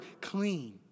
clean